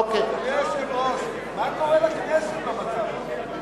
אדוני היושב-ראש, מה קורה לכנסת במצב הזה,